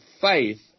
faith